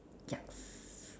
yucks